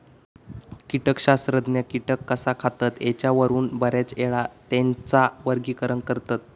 कीटकशास्त्रज्ञ कीटक कसा खातत ह्येच्यावरून बऱ्याचयेळा त्येंचा वर्गीकरण करतत